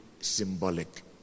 symbolic